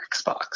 Xbox